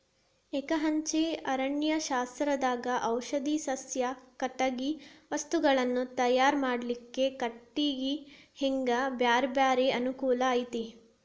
ಎಕಹಚ್ಚೆ ಅರಣ್ಯಶಾಸ್ತ್ರದಾಗ ಔಷಧಿ ಸಸ್ಯ, ಕಟಗಿ ವಸ್ತುಗಳನ್ನ ತಯಾರ್ ಮಾಡ್ಲಿಕ್ಕೆ ಕಟಿಗಿ ಹಿಂಗ ಬ್ಯಾರ್ಬ್ಯಾರೇ ಅನುಕೂಲ ಐತಿ